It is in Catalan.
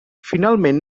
finalment